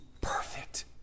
perfect